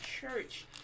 church